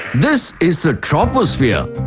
this is the troposphere.